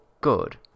good